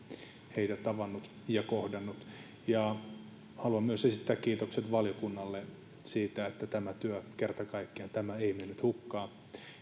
heitä tavannut ja kohdannut haluan myös esittää kiitokset valiokunnalle siitä että kerta kaikkiaan tämä työ ei mennyt hukkaan